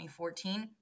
2014